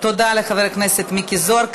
תודה לחבר הכנסת מיקי זוהר.